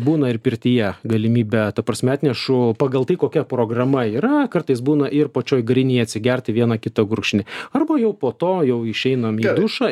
būna ir pirtyje galimybė ta prasme atnešu pagal tai kokia programa yra kartais būna ir pačioj garinėj atsigerti vieną kitą gurkšnį arba jau po to jau išeinam į dušą